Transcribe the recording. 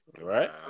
Right